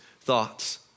thoughts